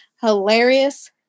hilarious